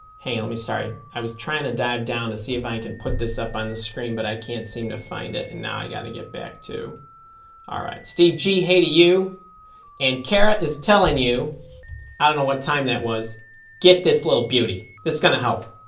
hey let me sorry i was trying to dive down to see if i can put this up on the screen but i can't seem to find it and now i got to get back all ah right steve g hey to you and carat is telling you i don't know what time that was get this little beauty this is gonna help